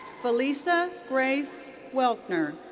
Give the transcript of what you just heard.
felisa grace welkener.